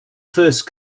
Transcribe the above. first